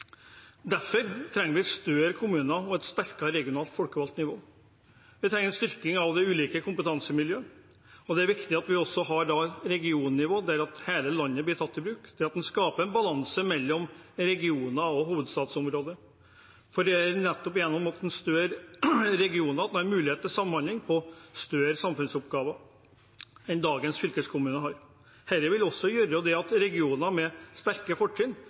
Derfor trenger vi større kommuner og et sterkere regionalt, folkevalgt nivå. Vi trenger en styrking av de ulike kompetansemiljøene, og det er viktig at vi også har et regionnivå der hele landet blir tatt i bruk, der en skaper en balanse mellom regioner og hovedstadsområdet. Det er nettopp gjennom større regioner at det er mulighet til samhandling om større samfunnsoppgaver enn det dagens fylkeskommuner kan. Dette vil også gjøre at regioner med sterke fortrinn